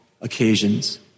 occasions